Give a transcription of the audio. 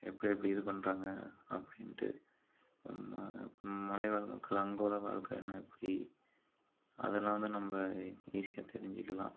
எப்படி எப்படி இது பண்ணுறாங்க அப்படின்ட்டு மலைவாழ் மக்கள் அங்குள்ள வாழ்க்கை என்ன எப்படி அதெல்லாம் வந்து நம்ம ஈஸியாக தெரிஞ்சிக்கலாம்